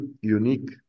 unique